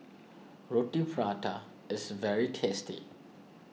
Roti Prata is very tasty